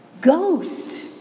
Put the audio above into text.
ghost